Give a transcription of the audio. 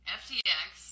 ftx